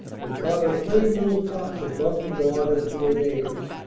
and thought her plain little thoughts of love to god and to her neighbors,